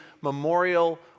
Memorial